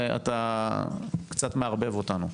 אתה קצת מערבב אותנו.